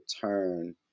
turn